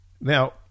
Now